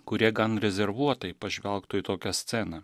kurie gan rezervuotai pažvelgtų į tokią sceną